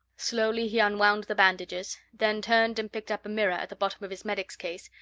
slowly, he unwound the bandages then turned and picked up a mirror at the bottom of his medic's case,